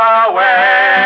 away